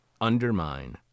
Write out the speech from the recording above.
Undermine